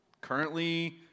Currently